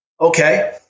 okay